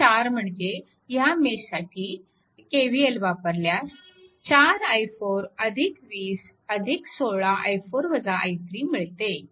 mesh 4 म्हणजे ह्या मेशसाठी KVL वापरल्यास 4 i4 20 16 मिळते